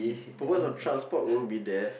because of transport won't be there